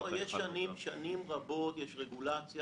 שנים רבות יש רגולציה